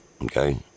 okay